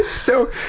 so,